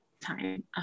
time